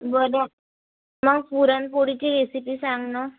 बरं मग पुरणपोळीची रेसिपि सांग ना